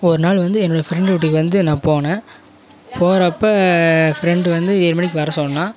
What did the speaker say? ஒரு நாள் வந்து என்னோடய ஃப்ரெண்டு வீட்டுக்கு வந்து நான் போனேன் போகிறப்ப ஃப்ரெண்டு வந்து ஏழு மணிக்கு வர சொன்னான்